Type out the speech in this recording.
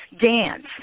dance